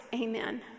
amen